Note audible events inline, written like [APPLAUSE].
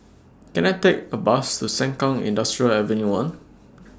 [NOISE] Can I Take A Bus to Sengkang Industrial Avenue one [NOISE]